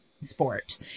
sport